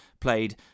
played